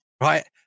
right